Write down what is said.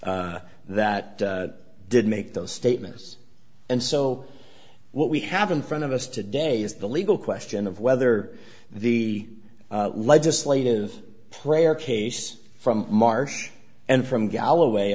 that did make those statements and so what we have in front of us today is the legal question of whether the legislative prayer case from march and from galloway